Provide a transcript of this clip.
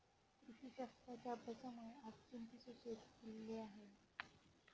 कृषीशास्त्राच्या अभ्यासामुळे आज चिंटूचे शेत फुलले आहे